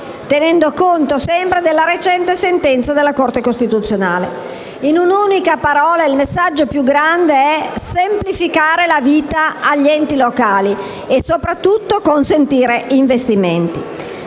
tenendo sempre conto della recente sentenza della Corte costituzionale. In un'unica parola, il messaggio più grande è: semplificare la vita agli enti locali e soprattutto consentire investimenti.